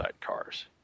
cars